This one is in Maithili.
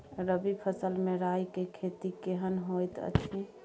रबी फसल मे राई के खेती केहन होयत अछि?